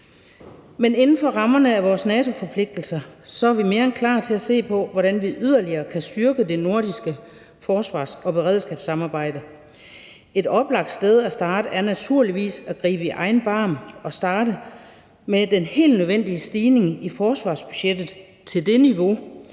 Men inden for rammerne af vores NATO-forpligtelser er vi mere end klar til at se på, hvordan vi yderligere kan styrke det nordiske forsvars- og beredskabssamarbejde. Et oplagt sted at starte er naturligvis at gribe i egen barm og starte med den helt nødvendige stigning i forsvarsbudgettet til det niveau,